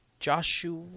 Joshua